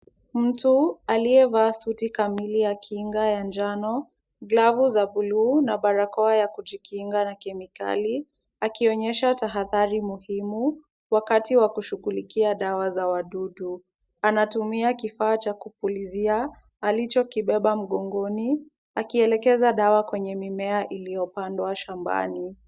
Mtu aliyevaa suti kamili ya kinga ya njano, glavu za buluu na barakoa ya kujikinga na kemikali akionyesha tahadhari muhimu wakati wa kushughulikia dawa za wadudu. Anatumia kifaa cha kupulizia alichokibeba mgongoni akielekeza dawa kwenye mimea iliyopandwa shambani.